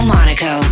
Monaco